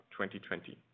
2020